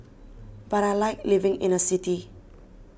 but I like living in a city